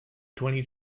twenty